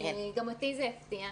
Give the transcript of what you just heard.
גם אותי זה הפתיע.